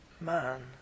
man